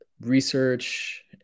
research